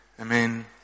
Amen